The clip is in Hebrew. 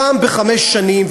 פעם בחמש שנים,